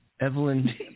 Evelyn